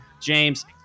James